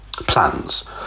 plans